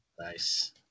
Nice